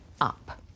up